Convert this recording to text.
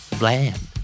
bland